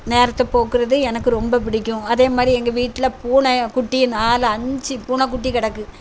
நேரத்தை போக்குகிறது எனக்கு ரொம்ப பிடிக்கும் அதே மாதிரி எங்கள் வீட்டில் பூனையை குட்டி நாலு அஞ்சு பூனைக்குட்டி கிடக்கு